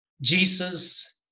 Jesus